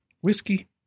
Whiskey